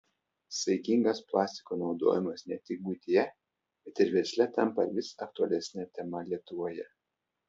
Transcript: saikingas plastiko naudojimas ne tik buityje bet ir versle tampa vis aktualesne tema lietuvoje